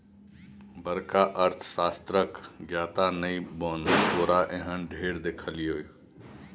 बड़का अर्थशास्त्रक ज्ञाता नहि बन तोरा एहन ढेर देखलियौ